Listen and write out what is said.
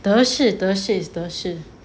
德士德士 is 德士